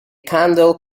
candle